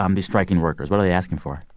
um these striking workers? what are they asking for?